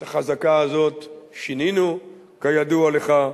את החזקה הזאת שינינו, כידוע לך.